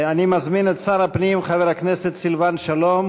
אני מזמין את שר הפנים חבר הכנסת סילבן שלום